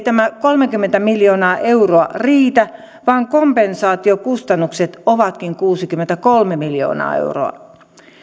tämä kolmekymmentä miljoonaa euroa riitä vaan kompensaation kustannukset ovatkin kuusikymmentäkolme miljoonaa euroa